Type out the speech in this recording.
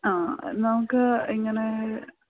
ആ നമുക്ക് ഇങ്ങനെ